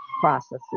processes